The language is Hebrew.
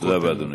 תודה רבה, אדוני.